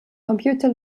computer